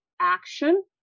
action